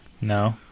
No